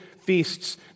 feasts